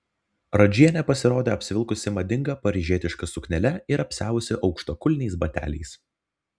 radžienė pasirodė apsivilkusi madinga paryžietiška suknele ir apsiavusi aukštakulniais bateliais